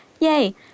Yay